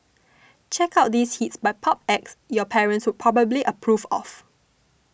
check out these hits by pop acts your parents would probably approve of